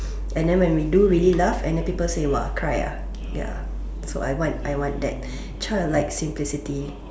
and then when we do really laugh and then people say !wah! cry ah ya so I want I want that child like simplicity